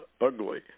ugly